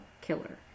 killer